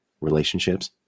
relationships